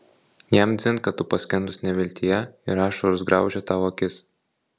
jam dzin kad tu paskendus neviltyje ir ašaros griaužia tau akis